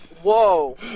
Whoa